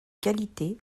qualité